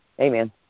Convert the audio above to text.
Amen